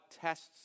tests